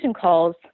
calls